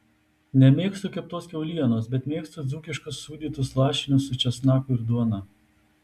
nemėgstu keptos kiaulienos bet mėgstu dzūkiškus sūdytus lašinius su česnaku ir duona